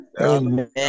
Amen